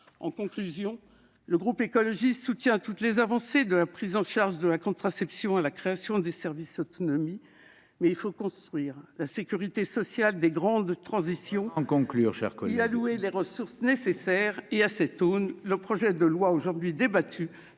En conclusion, le groupe écologiste soutient toutes les avancées, de la prise en charge de la contraception à la création des services autonomie, mais il faut construire la sécurité sociale des grandes transitions et lui allouer les ressources nécessaires. Ce projet de loi ne trace pas